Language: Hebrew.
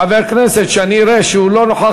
חבר כנסת שאני אראה שהוא לא נוכח,